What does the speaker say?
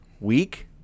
week